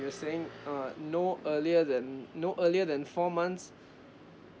you're saying uh no earlier than no earlier than four months